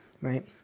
right